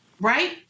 right